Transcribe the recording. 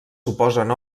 suposen